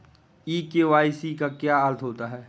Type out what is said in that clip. ई KYC का क्या अर्थ होता है?